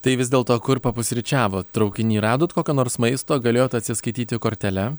tai vis dėl to kur papusryčiavot traukiny radot kokio nors maisto galėjot atsiskaityti kortele